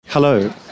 Hello